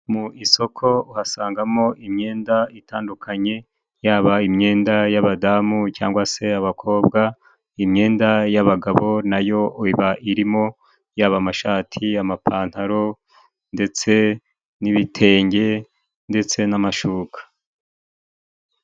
Mu isoko uhasangamo imyenda itandukanye yaba imyenda y'abadamu cyangwa se abakobwa, imyenda y'abagabo nayo iba irimo yaba amashati ,amapantaro ndetse n'ibitenge ndetse n'amashuka.